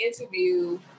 interview